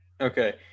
Okay